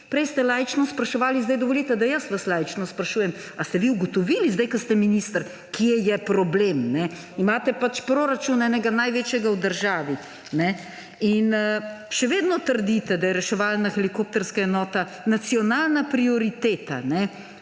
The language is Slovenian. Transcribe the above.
Prej ste laično spraševali, zdaj dovolite, da jaz vas laično sprašujem: Ali ste vi ugotovili, zdaj ko ste minister, kje je problem? Imate proračun enega največjega v državi. Še vedno trdite, da je reševalna helikopterska enota nacionalna prioriteta